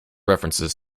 references